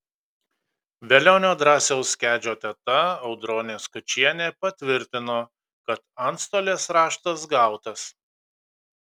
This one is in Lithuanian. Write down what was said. velionio drąsiaus kedžio teta audronė skučienė patvirtino kad antstolės raštas gautas